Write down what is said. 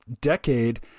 decade